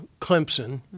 clemson